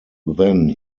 then